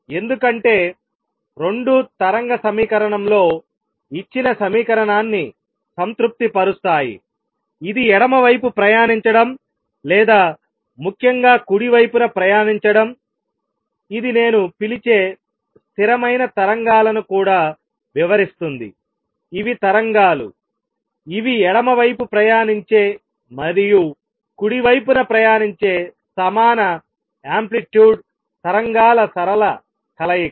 ఎందుకంటే రెండూ తరంగ సమీకరణం లో ఇచ్చిన సమీకరణాన్ని సంతృప్తిపరుస్తాయి ఇది ఎడమ వైపు ప్రయాణించడం లేదా ముఖ్యంగా కుడి వైపున ప్రయాణించడంఇది నేను పిలిచే స్థిరమైన తరంగాలను కూడా వివరిస్తుంది ఇవి తరంగాలు ఇవి ఎడమ వైపు ప్రయాణించే మరియు కుడి వైపున ప్రయాణించే సమాన యాంప్లిట్యూడ్ తరంగాల సరళ కలయిక